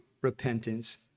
repentance